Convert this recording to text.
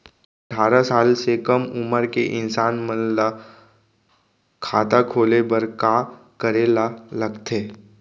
अट्ठारह साल से कम उमर के इंसान मन ला खाता खोले बर का करे ला लगथे?